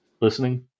listening